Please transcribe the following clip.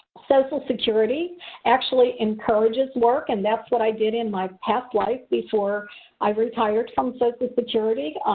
social security actually encourages work and that's what i did in my past life before i retired from social security.